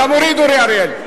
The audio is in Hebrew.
אתה מוריד, אורי אריאל.